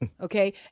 Okay